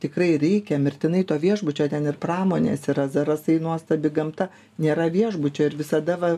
tikrai reikia mirtinai to viešbučio ten ir pramonės yra zarasai nuostabi gamta nėra viešbučio ir visada va